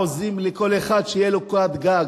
עוזרים לכל אחד שתהיה לו קורת גג,